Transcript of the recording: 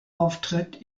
auftritt